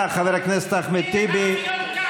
ומי שרוצה את העדות יקבל אותה מחברתי אורית סטרוק,